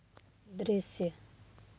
दृश्य